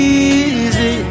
easy